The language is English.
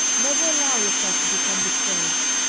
never allow yourself to become discouraged.